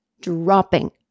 dropping